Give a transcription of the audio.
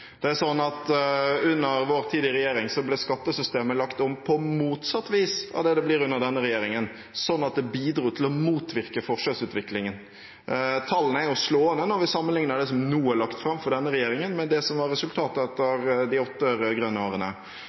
Det er slik at under vår tid i regjering ble skattesystemet lagt om på motsatt vis av det det blir under denne regjeringen, slik at det bidro til å motvirke forskjellsutviklingen. Tallene er slående når vi sammenligner det som nå er lagt fram fra denne regjeringen, med det som var resultatet etter de åtte rød-grønne årene.